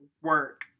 Work